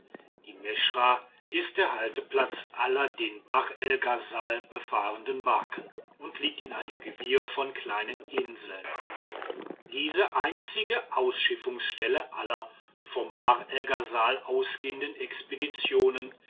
die meschra ist der halteplatz aller den bahr el ghasal befahrenden barken und liegt in einem gewirr von kleinen inseln diese einzige ausschiffungsstelle aller vom bahr el ghasal ausgehenden expeditionen